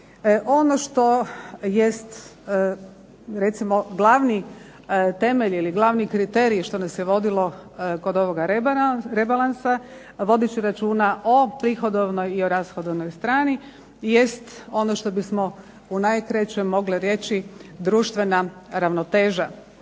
Ono što jest recimo glavni temelj ili glavni kriterij što nas je vodilo kod ovoga rebalansa, vodeći računa o prihodovnoj i o rashodovnoj strani, jest ono što bismo u najkraćem mogli reći društvena ravnoteža.